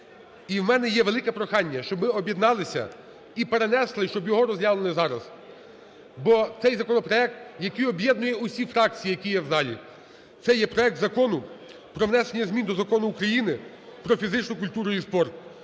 І в мене є велике прохання, щоб ви об'єдналися і перенесли, і щоб його розглянули зараз, бо цей законопроект, який об'єднує усі фракції, які є в залі. Це є проект Закону про внесення змін до Закону України "Про фізичну культуру і спорт"